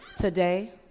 Today